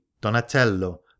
Donatello